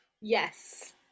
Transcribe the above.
Yes